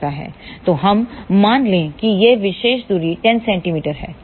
तो हम मान लें कि यह विशेष दूरी 10 cm है